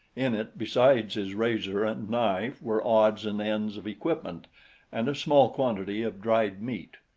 in it besides his razor and knife were odds and ends of equipment and a small quantity of dried meat.